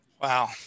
Wow